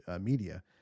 media